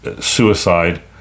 suicide